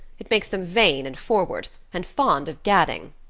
it makes them vain and forward and fond of gadding.